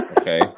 Okay